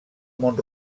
mont